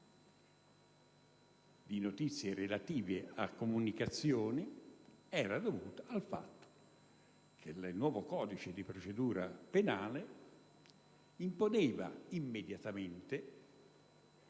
riservate e relative a comunicazioni era dovuto al fatto che il nuovo codice di procedura penale imponeva immediatamente,